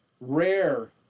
Rare